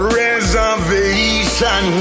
reservation